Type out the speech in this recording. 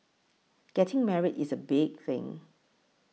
getting married is a big thing